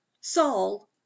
Saul